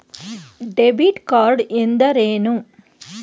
Debit card ಎಂದರೇನು?